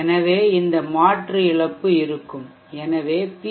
எனவே இந்த மாற்று இழப்பு இருக்கும் எனவே பி